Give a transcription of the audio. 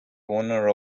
owner